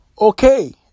Okay